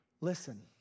Listen